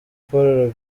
paul